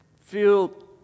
feel